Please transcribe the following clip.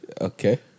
Okay